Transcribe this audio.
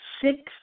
six